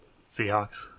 Seahawks